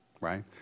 right